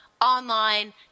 online